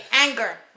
anger